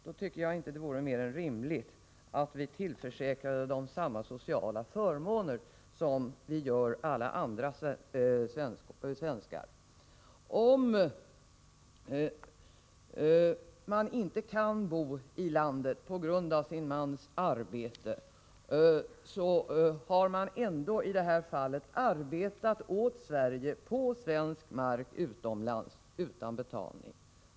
Då tycker jag inte det vore mer än rimligt att vi tillförsäkrade dem samma sociala förmåner som alla andra svenskar får. Om man inte kan bo i landet på grund av sin mans arbete har man i det här fallet ändå arbetat åt Sverige på svensk mark utomlands utan betalning.